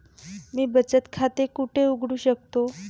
मी बचत खाते कुठे उघडू शकतो?